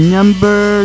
Number